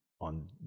on